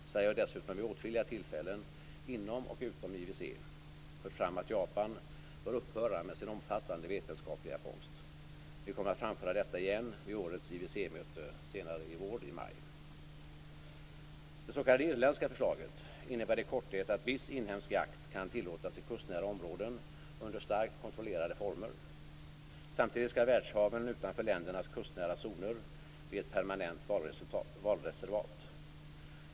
Sverige har dessutom vid åtskilliga tillfällen inom och utom IWC fört fram att Japan bör upphöra med sin omfattande vetenskapliga fångst. Vi kommer att framföra detta igen vid årets Det s.k. irländska förslaget innebär i korthet att viss inhemsk jakt kan tillåtas i kustnära områden under starkt kontrollerade former. Samtidigt skall världshaven utanför ländernas kustnära zoner bli ett permanent valreservat.